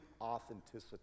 authenticity